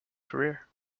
career